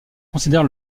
considère